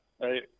Hey